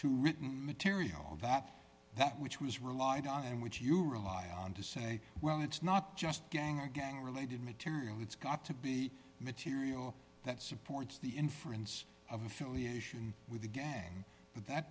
to written material of that that which was relied on and which you rely on to say well it's not just gang on gang related material it's got to be material that supports the inference of affiliation with a gang but that